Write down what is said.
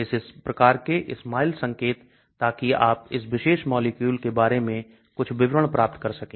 इस प्रकार के SMILES संकेत ताकि आप इस विशेष मॉलिक्यूल के बारे में कुछ विवरण प्राप्त कर सकें